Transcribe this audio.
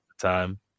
time